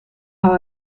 how